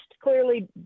clearly